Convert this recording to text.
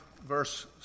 verse